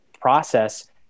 process